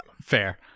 Fair